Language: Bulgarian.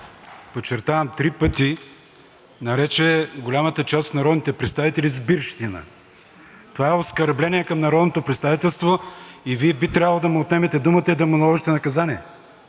подчертавам – три пъти нарече голямата част от народните представители „сбирщина“. Това е оскърбление към народното представителство и Вие би трябвало да му отнемете думата и да му наложите наказание.